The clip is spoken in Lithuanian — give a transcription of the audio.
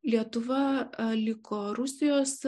lietuva liko rusijos